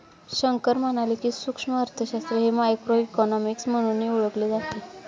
शंकर म्हणाले की, सूक्ष्म अर्थशास्त्र हे मायक्रोइकॉनॉमिक्स म्हणूनही ओळखले जाते